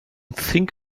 think